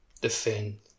Defend